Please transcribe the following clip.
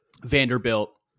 Vanderbilt